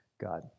God